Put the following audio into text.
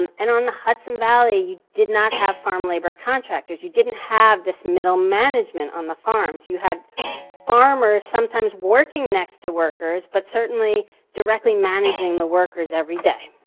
um and on the hudson valley, did not have farm labor contractors. you didn't have this middle management on the farms. you had farmers sometimes working next to workers but certainly directly managing the workers everyday.